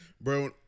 Bro